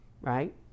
right